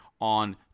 on